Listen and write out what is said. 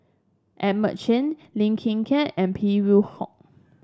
Edmund Cheng Lim Hng Kiang and Phey Yew Kok